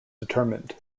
determined